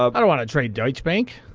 um i don't want to trade deutsche bank.